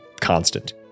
constant